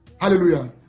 Hallelujah